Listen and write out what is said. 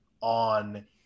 on